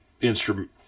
instrument